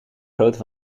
grootte